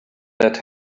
that